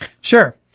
Sure